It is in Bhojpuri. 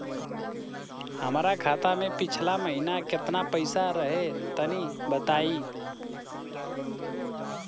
हमरा खाता मे पिछला महीना केतना पईसा रहे तनि बताई?